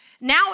Now